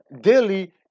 daily